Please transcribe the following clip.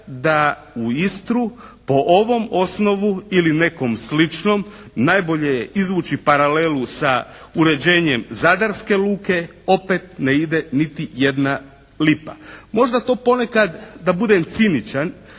da u Istru po ovom osnovu ili nekom sličnom najbolje je izvući paralelu sa uređenjem zadarske luke opet ne ide niti jedna lipa. Možda to ponekad da budem ciničan